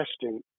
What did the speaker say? testing